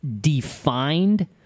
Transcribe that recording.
defined